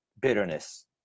bitterness